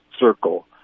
circle